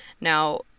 Now